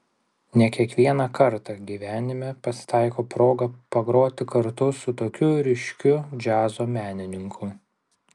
ne kiekvieną kartą gyvenime pasitaiko proga pagroti kartu su tokiu ryškiu džiazo menininku